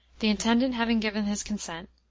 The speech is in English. the intendant having given his consent,